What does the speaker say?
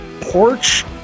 Porch